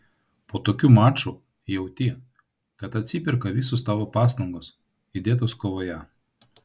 po tokių mačų jauti kad atsiperka visos tavo pastangos įdėtos kovoje